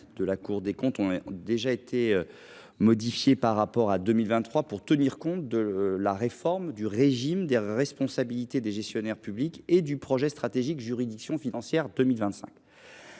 de la Cour des comptes pour 2024 ont déjà été modifiés par rapport à 2023, afin de tenir compte de la réforme du régime de responsabilité des gestionnaires publics et du projet stratégique « Juridictions financières 2025